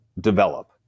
develop